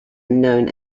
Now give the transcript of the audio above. known